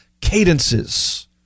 cadences